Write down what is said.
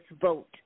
vote